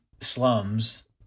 slums